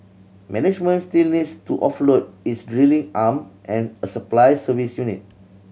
management still needs to offload its drilling arm and a supply service unit